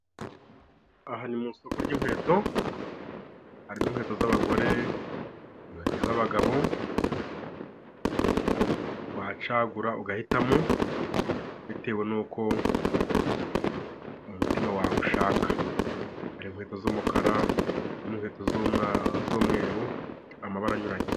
Aha ni mu soko ry'inkweto harimo inkweto z'abagore ,inkweto z'abagabo ,wacagura ugahitamo bitewe nuko umutima wawe ushaka .Hari inkweto z'umukara ,n'inkweto z'umweru amabara anyuranye.